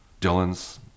Dylan's